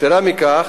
יתירה מכך,